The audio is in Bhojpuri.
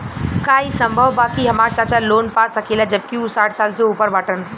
का ई संभव बा कि हमार चाचा लोन पा सकेला जबकि उ साठ साल से ऊपर बाटन?